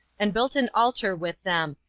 and built an altar with them,